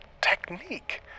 technique